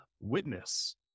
witness